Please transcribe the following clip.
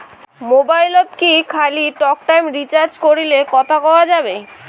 মোবাইলত কি খালি টকটাইম রিচার্জ করিলে কথা কয়া যাবে?